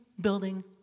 building